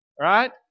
right